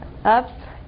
Up